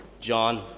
John